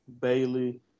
Bailey